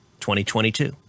2022